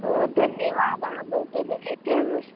ओ धन्यवाद आहाँ बहुते देखै छियै हमर